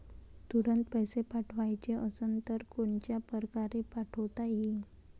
तुरंत पैसे पाठवाचे असन तर कोनच्या परकारे पाठोता येईन?